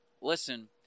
listen